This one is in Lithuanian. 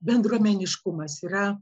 bendruomeniškumas yra